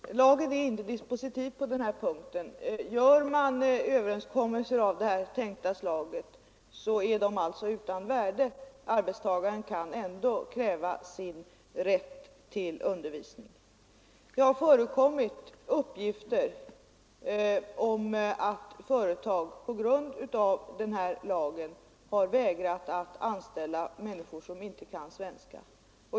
Herr talman! Lagen är inte dispositiv på den här punkten. Gör man överenskommelser av det tänkta slaget är de utan värde, arbetstagaren kan ändå kräva sin rätt till undervisning. Det har förekommit uppgifter om att företag på grund av denna lag har vägrat anställa människor som inte kan svenska.